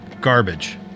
Garbage